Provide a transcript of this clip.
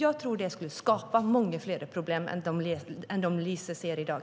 Jag tror att det skulle skapa många fler problem är dem Lise ser i dag.